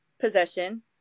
possession